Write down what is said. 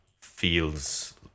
Feels